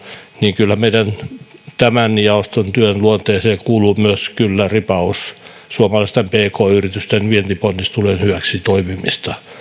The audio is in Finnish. niin kyllä tämän meidän jaoston työn luonteeseen kuuluu myös ripaus suomalaisten pk yritysten vientiponnistelujen hyväksi toimimista